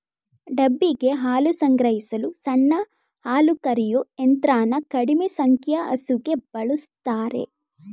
ಡಬ್ಬಿಗೆ ಹಾಲು ಸಂಗ್ರಹಿಸಲು ಸಣ್ಣ ಹಾಲುಕರೆಯೋ ಯಂತ್ರನ ಕಡಿಮೆ ಸಂಖ್ಯೆ ಹಸುಗೆ ಬಳುಸ್ತಾರೆ